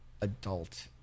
adult